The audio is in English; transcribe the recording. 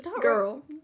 girl